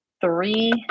three